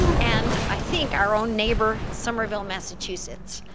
and i think our own neighbor somerville, massachusetts.